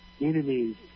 enemies